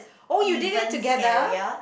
oh you did it together